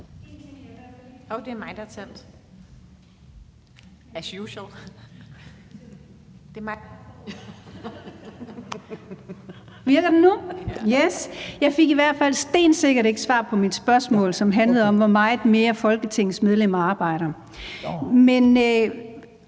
hvert fald stensikkert ikke svar på mit spørgsmål, som handlede om, hvor meget mere Folketingets medlemmer arbejder.